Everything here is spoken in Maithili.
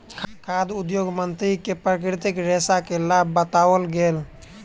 खाद्य उद्योग मंत्री के प्राकृतिक रेशा के लाभ बतौल गेल